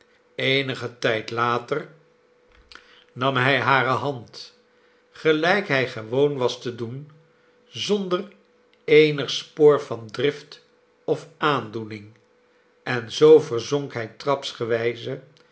eenigen tijd later nam hij hare hand gelijk hij gewoon was te doen zonder eenig spoor van drift of aandoening en zoo verzonk hij